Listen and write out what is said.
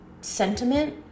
sentiment